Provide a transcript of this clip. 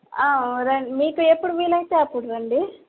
ర మీకెప్పుడు వీలైతే అప్పుడు రండి